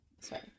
Sorry